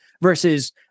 versus